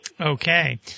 Okay